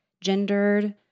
gendered